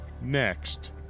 Next